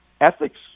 ethics